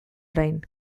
orain